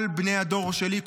כל בני הדור שלי,